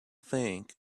think